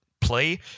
play